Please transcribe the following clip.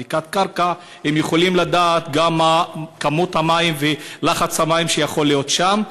בבדיקת קרקע הם יכולים לדעת גם מה כמות המים ולחץ המים שיכול להיות שם,